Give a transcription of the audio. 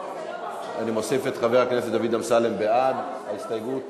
אני מוסיף את חבר הכנסת דוד אמסלם בעד ההסתייגות.